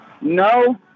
No